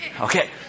Okay